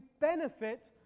benefit